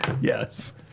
Yes